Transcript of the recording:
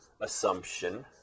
assumption